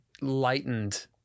lightened